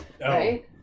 right